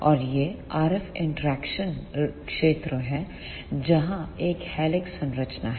और यह RF interaction क्षेत्र है जहां एक हेलिक्स संरचना है